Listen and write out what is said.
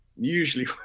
usually